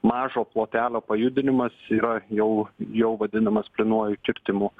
mažo plotelio pajudinimas yra jau jau vadinamas plynuoju kirtimu